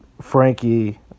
Frankie